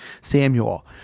Samuel